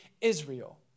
Israel